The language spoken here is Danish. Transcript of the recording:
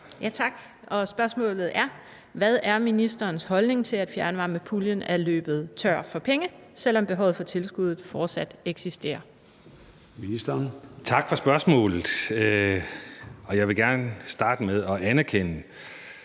Tak. Spørgsmålet lyder: Hvad er ministerens holdning til, at fjernvarmepuljen er løbet tør for penge, selv om behovet for tilskuddet fortsat eksisterer? Kl. 14:16 Formanden (Søren Gade): Ministeren.